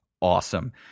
awesome